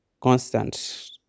Constant